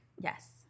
Yes